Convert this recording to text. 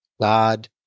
God